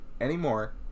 anymore